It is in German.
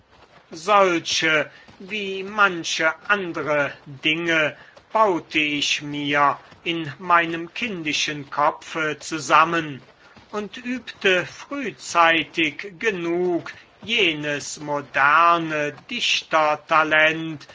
solche wie manche andre dinge baute ich mir in meinem kindischen kopfe zusammen und übte frühzeitig genug jenes moderne